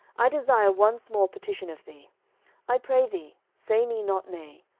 i desire one small petition of thee i pray thee, say me not nay.